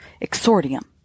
exordium